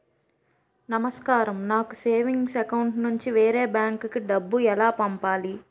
నమస్కారం నాకు savings account నుంచి వేరే బ్యాంక్ కి డబ్బు ఎలా పంపాలి?